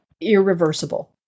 irreversible